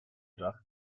dach